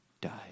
died